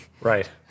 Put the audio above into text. right